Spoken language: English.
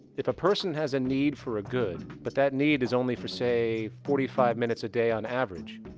if a person has a need for a good but that need is only for say, forty five minutes a day on average,